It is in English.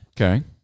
Okay